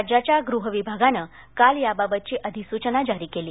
राज्याच्या गृहविभागानं काल याबाबतची अधिसचना जारी केली